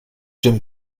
jim